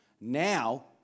Now